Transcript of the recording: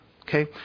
Okay